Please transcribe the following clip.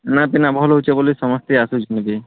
ଖାନା ପିନା ଭଲ୍ ହଉଛେ ବୋଲି ସମସ୍ତେ ଆସୁଛନ୍ ବି